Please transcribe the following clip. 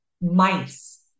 mice